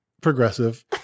Progressive